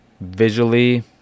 visually